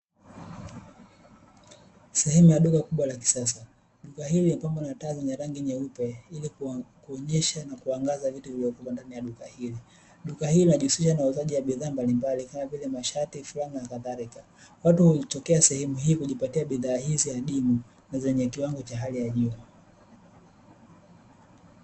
Sehemu ya duka kubwa la kisasa, duka hili limepambwa na taa zenye rangi nyeupe ili kuonyesha na kuangaza vitu vilivyopo ndani ya duka hili, duka hili linajihusisha na uuzaji wa bidhaa mbalimbali kama vile mashati, flana na kadhallika watu hujitokeza sehemu hii kujipatia bidhaa hii adimu na yenye kiwango cha juu.